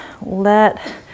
let